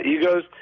egos